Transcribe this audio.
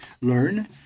learn